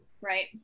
Right